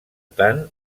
tant